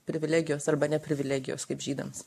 privilegijos arba ne privilegijos kaip žydams